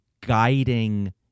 guiding